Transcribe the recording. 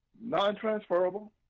non-transferable